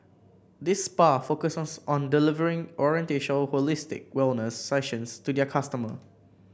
this spa focuses on delivering oriental holistic wellness sessions to their customer